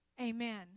amen